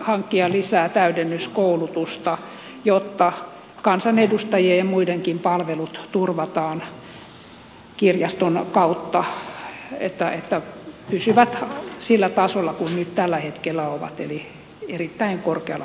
hankkia lisää täydennyskoulutusta jotta kansanedustajien ja muidenkin palvelut turvataan kirjaston kautta niin että ne pysyvät sillä tasolla kuin nyt tällä hetkellä ovat eli erittäin korkealla tasolla